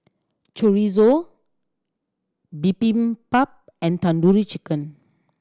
Chorizo Bibimbap and Tandoori Chicken